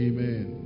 Amen